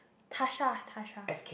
Tasha Tasha